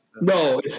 No